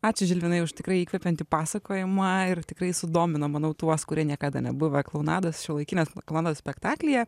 ačiū žilvinai už tikrą įkvepiantį pasakojimą ir tikrai sudomino manau tuos kurie niekada nebuvę klounados šiuolaikinės klounados spektaklyje